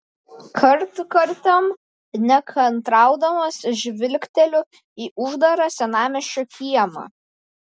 kartkartėm nekantraudamas žvilgteliu į uždarą senamiesčio kiemą